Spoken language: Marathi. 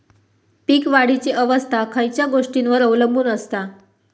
पीक वाढीची अवस्था खयच्या गोष्टींवर अवलंबून असता?